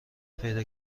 پیدا